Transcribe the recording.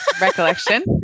Recollection